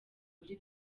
muri